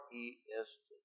Rest